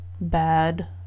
bad